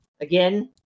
again